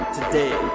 Today